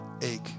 ache